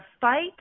fight